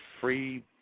free